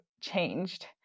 changed